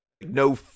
no